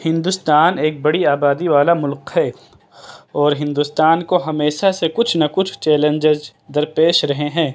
ہندوستان ایک بڑی آبادی والا ملک ہے اور ہندوستان کو ہمیشہ سے کچھ نہ کچھ چیلنجز درپیش رہے ہیں